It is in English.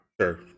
Sure